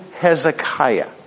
Hezekiah